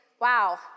wow